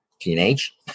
teenage